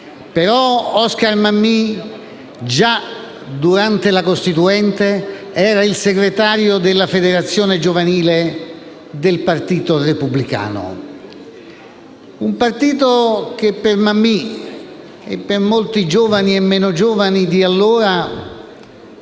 1968, ma già durante la Costituente egli era il segretario della Federazione giovanile del Partito Repubblicano Italiano. Per Mammì e per molti giovani e meno giovani di allora,